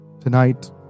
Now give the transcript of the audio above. Tonight